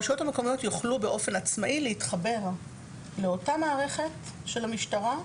הרשויות המקומיות יוכלו באופן עצמאי להתחבר לאותה מערכת של המשטרה,